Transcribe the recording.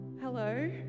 hello